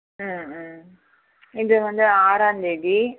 ம் ம் இது வந்து ஆறாந்தேதி